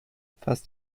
fast